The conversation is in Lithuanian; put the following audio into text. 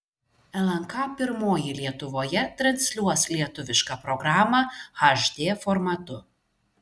lnk pirmoji lietuvoje transliuos lietuvišką programą hd formatu